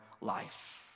life